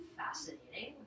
fascinating